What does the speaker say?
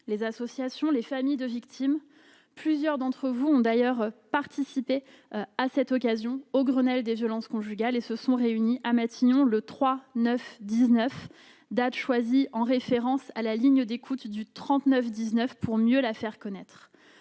les associations, les familles de victimes. Plusieurs d'entre vous ont d'ailleurs participé à ce Grenelle des violences conjugales et se sont réunis à Matignon le 3/9/19, date choisie en référence à la ligne d'écoute du 3919 pour mieux la faire connaître.